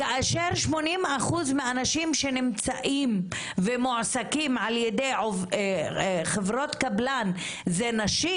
כאשר 80% שנמצאים ומועסקים על ידי חברות קבלן זה נשים,